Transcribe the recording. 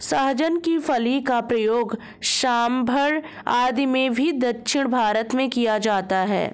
सहजन की फली का प्रयोग सांभर आदि में भी दक्षिण भारत में किया जाता है